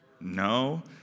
No